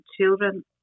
children